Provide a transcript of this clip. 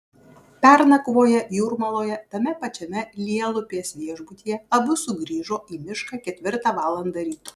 pernakvoję jūrmaloje tame pačiame lielupės viešbutyje abu sugrįžo į mišką ketvirtą valandą ryto